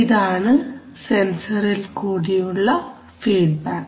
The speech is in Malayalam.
ഇതാണ് സെൻസറിൽ കൂടിയുള്ള ഫീഡ്ബാക്ക്